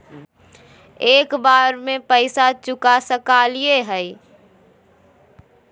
एक बार में पैसा चुका सकालिए है?